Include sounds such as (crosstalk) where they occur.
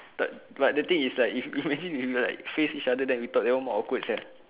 but but the thing is like if (noise) imagine you like face each other then we talk even more awkward sia